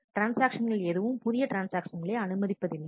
ட்ரான்ஸ்ஆக்ஷன்கள் எதுவும் புதிய ட்ரான்ஸ்ஆக்ஷன்களை அனுமதிக்கப்படுவதில்லை